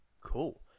cool